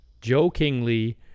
jokingly